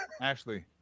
Ashley